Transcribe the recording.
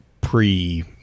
pre